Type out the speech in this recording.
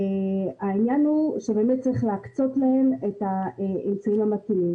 העניין הוא שבאמת צריך להקצות להם את האמצעים המתאימים,